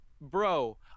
bro